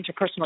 interpersonal